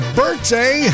birthday